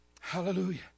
hallelujah